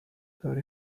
داری